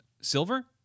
Silver